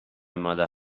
mother